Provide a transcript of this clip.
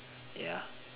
ya